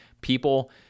people